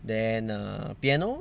then err piano